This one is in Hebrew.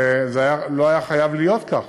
זה לא היה חייב להיות כך,